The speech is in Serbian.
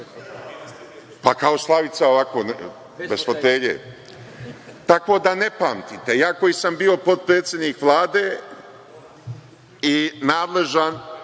pa kao Slavica ovako, bez fotelje, tako da ne pamtite. Ja koji sam bio potpredsednik Vlade i nadležan